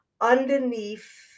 underneath